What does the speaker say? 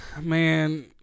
Man